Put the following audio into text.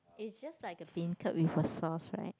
it's just like a beancurd with a sauce right